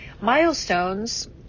milestones